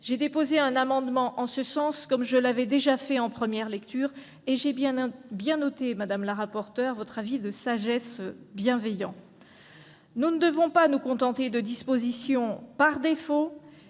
j'ai déposé un amendement pour y remédier, comme je l'avais déjà fait en première lecture, et j'ai bien noté votre avis de sagesse bienveillante. Nous ne devons pas nous contenter de dispositions « par défaut